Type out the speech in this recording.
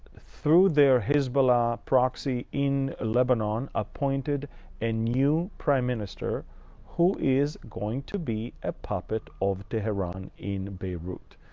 through their hezbollah proxy in lebanon, appointed a new prime minister who is going to be a puppet of tehran in beirut.